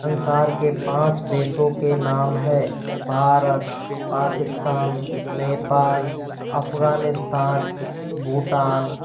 संसार के पाँच देशों के नाम है भारत पाकिस्तान नेपाल अफ़गानिस्तान भूटान